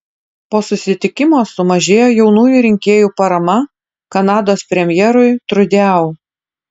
po susitikimo sumažėjo jaunųjų rinkėjų parama kanados premjerui trudeau